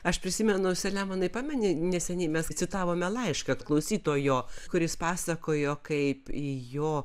aš prisimenu saliamonai pameni neseniai mes citavome laišką klausytojo kuris pasakojo kaip į jo